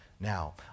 Now